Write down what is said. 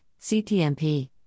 CTMP